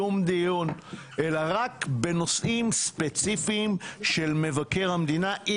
שום דיון אלא רק בנושאים ספציפיים של מבקר המדינה,